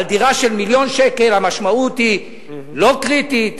על דירה של מיליון שקל המשמעות היא לא קריטית,